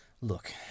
Look